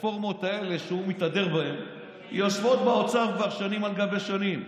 הרפורמות האלה שהוא מתהדר בהן יושבות באוצר כבר שנים על גבי שנים,